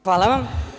Hvala vam.